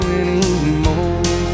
anymore